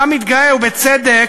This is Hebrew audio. אתה מתגאה, ובצדק,